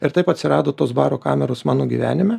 ir taip atsirado tos baro kameros mano gyvenime